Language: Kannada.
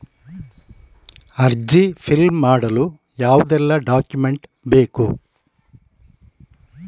ಅರ್ಜಿ ಫಿಲ್ ಮಾಡಲು ಯಾವುದೆಲ್ಲ ಡಾಕ್ಯುಮೆಂಟ್ ಬೇಕು?